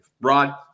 Rod